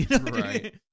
Right